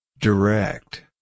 Direct